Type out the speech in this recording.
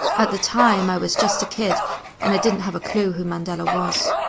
at the time i was just a kid and i didn't have a clue who mandela was.